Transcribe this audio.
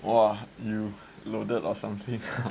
!wah! you loaded or something ah